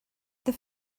this